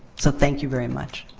so, thank you very much.